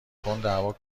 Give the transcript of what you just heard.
تنددعوا